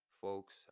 Folks